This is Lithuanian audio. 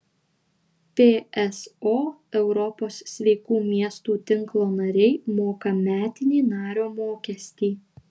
pso europos sveikų miestų tinklo nariai moka metinį nario mokestį